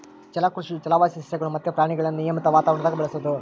ಜಲಕೃಷಿಯು ಜಲವಾಸಿ ಸಸ್ಯಗುಳು ಮತ್ತೆ ಪ್ರಾಣಿಗುಳ್ನ ನಿಯಮಿತ ವಾತಾವರಣದಾಗ ಬೆಳೆಸೋದು